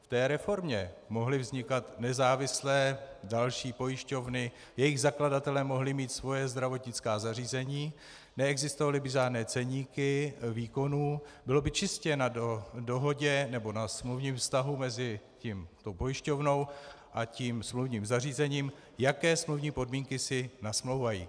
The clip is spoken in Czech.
V té reformě mohly vznikat nezávislé další pojišťovny, jejich zakladatelé mohli mít svoje zdravotnická zařízení, neexistovaly by žádné ceníky výkonů, bylo by čistě na dohodě nebo na smluvním vztahu mezi pojišťovnou a smluvním zařízením, jaké smluvní podmínky si nasmlouvají.